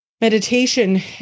meditation